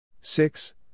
six